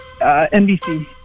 NBC